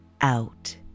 Out